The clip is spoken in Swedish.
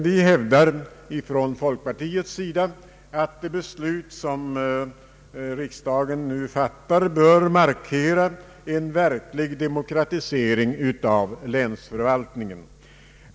Vi hävdar från folkpartiets sida att det beslut som riksdagen nu kommer att fatta bör markera en verklig demokratisering av länsförvaltningen.